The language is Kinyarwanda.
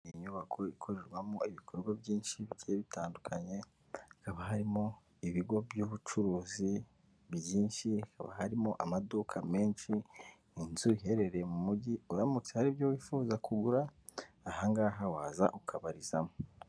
Ni inyubako ikorerwamo ibikorwa byinshi bigiye bitandukanye, hakaba harimo ibigo by'ubucuruzi byinshi, hakaba harimo amaduka menshi, inzu iherereye mu mujyi uramutse haribyo wifuza kugura ahangaha waza ukabarizamo.